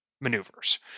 maneuvers